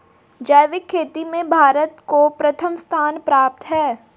जैविक खेती में भारत को प्रथम स्थान प्राप्त है